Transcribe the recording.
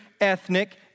ethnic